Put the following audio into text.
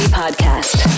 podcast